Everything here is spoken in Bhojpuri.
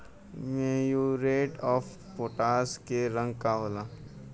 म्यूरेट ऑफ पोटाश के रंग का होला?